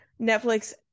Netflix